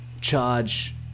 charge